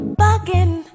bugging